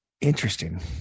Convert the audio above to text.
Interesting